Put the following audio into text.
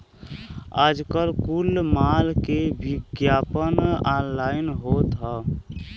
आजकल कुल माल के विग्यापन ऑनलाइन होत हौ